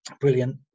brilliant